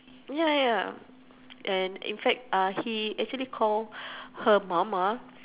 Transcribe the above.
ya ya and in fact uh he actually call her mama